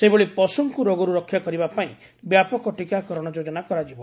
ସେହିଭଳି ପଶୁଙ୍କୁ ରୋଗରୁ ରକ୍ଷା କରିବାପାଇଁ ବ୍ୟାପକ ଟୀକାକରଣ ଯୋଜନା କରାଯିବ